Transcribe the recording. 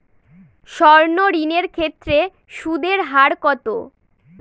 সর্ণ ঋণ এর ক্ষেত্রে সুদ এর হার কত?